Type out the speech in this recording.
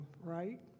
right